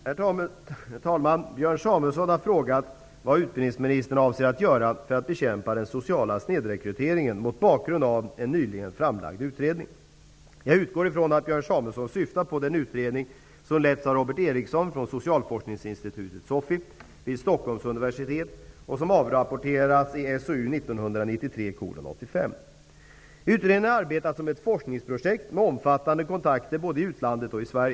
Herr talman! Björn Samuelson har frågat vad utbildningsministern avser att göra för att bekämpa den sociala snedrekryteringen mot bakgrund av en nyligen framlagd utredning. Jag utgår från att Björn Samuelson syftar på den utredning som letts av Robert Eriksson från socialforskningsinstitutet, SOFI, vid Stockholms universitet och som avrapporterats i SOU 1993:85. Utredningen har arbetat som ett forskningsprojekt med omfattande kontakter både i utlandet och i Sverige.